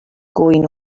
going